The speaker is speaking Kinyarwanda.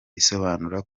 isobanura